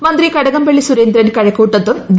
മന്ത്രി കടകംപള്ളി സുരേന്ദ്രൻ കഴക്കൂട്ടത്തും വി